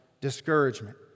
discouragement